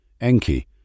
Enki